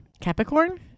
Capricorn